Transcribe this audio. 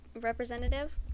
representative